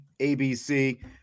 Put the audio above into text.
ABC